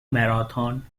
marathon